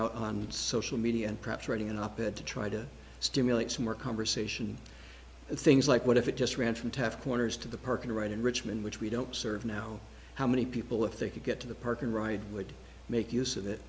out on social media and perhaps writing an op ed to try to stimulate some more conversation things like what if it just ran from taft corners to the parking right in richmond which we don't serve now how many people if they could get to the park and ride would make use of it